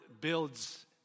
builds